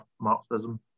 Marxism